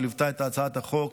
שליוותה את הצעת החוק